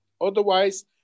Otherwise